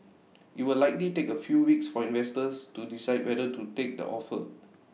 IT will likely take A few weeks for investors to decide whether to take the offer